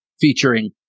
featuring